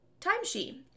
timesheet